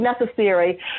necessary